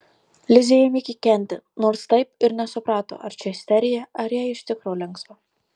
lizė ėmė kikenti nors taip ir nesuprato ar čia isterija ar jai iš tikro linksma